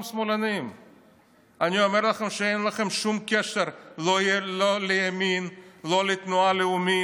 הוא עמד בראש המועצה הלאומית לכלכלה,